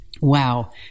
Wow